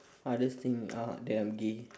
hardest thing uh that I am gay